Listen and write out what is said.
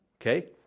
okay